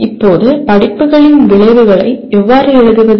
இப்போது படிப்புகளின் விளைவுகளை எவ்வாறு எழுதுவது